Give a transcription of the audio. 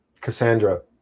Cassandra